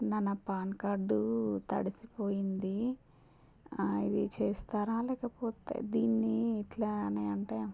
అన్నా నా PAN card తడిసిపోయింది ఇది చేస్తారా లేకపోతే దీన్ని ఎట్లా అని అంటే